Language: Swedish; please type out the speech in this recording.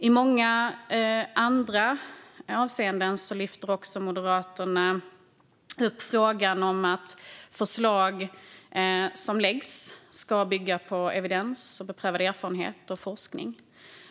I många andra avseenden lyfter Moderaterna också upp frågan om att förslag som läggs fram ska bygga på evidens, beprövad erfarenhet och forskning.